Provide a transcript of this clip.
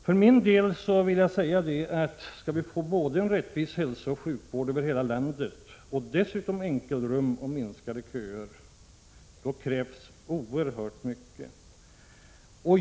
Om vi skall kunna åstadkomma både en rättvis hälsooch sjukvård över hela landet och dessutom enkelrum och minskade köer, krävs det oerhört mycket.